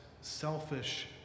selfish